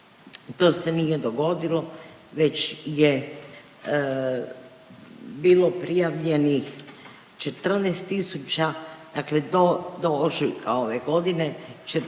to se nije dogodilo, već je bilo prijavljenih 14 tisuća. Dakle, do ožujka ove godine